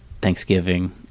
Thanksgiving